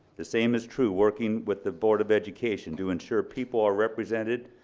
the same is true working with the board of education to ensure people are represented.